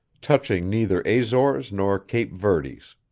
touching neither azores nor cape verdes.